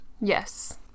Yes